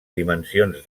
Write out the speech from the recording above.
dimensions